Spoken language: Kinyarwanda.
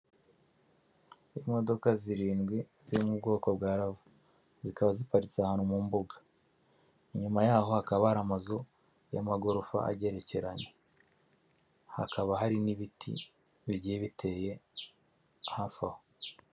Imodoka zirindwi ziri mu bwoko bwa lava zikaba ziparitse ahantu mu mbuga, inyuma yaho hakaba hari amazu y'amagorofa agerekeranye, hakaba hari n'ibiti bigiye biteye hafi aho.